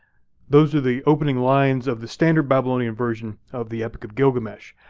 those are the opening lines of the standard babylonian version of the epic of gilgamesh.